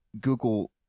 Google